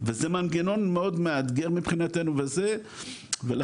וזה מנגנון מאוד מאתגר מבחנתנו ולכן,